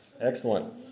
Excellent